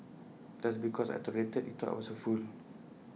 just because I tolerated he thought I was A fool